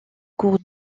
cours